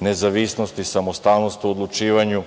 nezavisnost i samostalnost u odlučivanju,